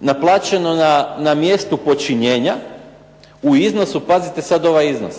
naplaćeno na mjestu počinjenja u iznosu, pazite sad ovaj iznos,